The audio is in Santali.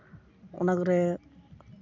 ᱚᱱᱟ ᱠᱚᱨᱮᱜ